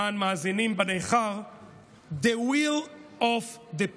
למען מאזינים בניכר, The will of the people.